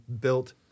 built